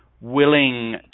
willing